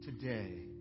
today